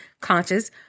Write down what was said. conscious